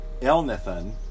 Elnathan